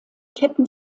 ketten